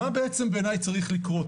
מה בעצם בעיני צריך לקרות?